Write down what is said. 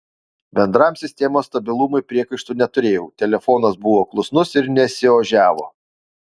bendram sistemos stabilumui priekaištų neturėjau telefonas buvo klusnus ir nesiožiavo